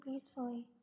peacefully